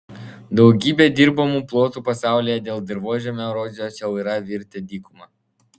daugybė dirbamų plotų pasaulyje dėl dirvožemio erozijos jau yra virtę dykuma